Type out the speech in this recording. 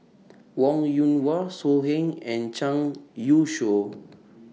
Wong Yoon Wah So Heng and Zhang Youshuo